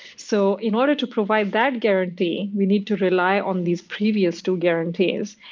so in order to provide that guaranty, we need to rely on these previous two guarantees,